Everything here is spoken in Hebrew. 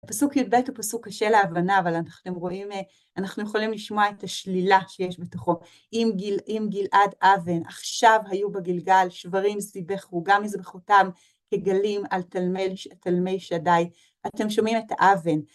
פסוק י"ב הוא פסוק קשה להבנה, אבל אתם רואים, אנחנו יכולים לשמוע את השלילה שיש בתוכו. עם גלעד אוון, עכשיו היו בגלגל שברים סיבכו, גם מזבחותם כגלים על תלמי שדי. אתם שומעים את האוון.